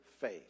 faith